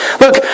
Look